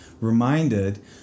reminded